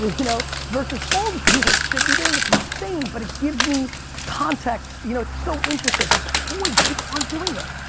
you know? versus all the things i should be doing, it's insane. but it gives me context, you know. it's so interesting, but boy, people aren't doing it.